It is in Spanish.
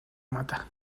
mata